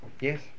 yes